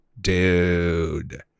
dude